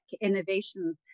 innovations